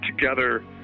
together